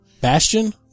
Bastion